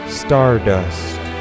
stardust